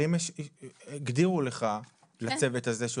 שרים הגדירו לך לצוות הזה,